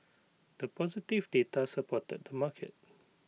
the positive data supported the market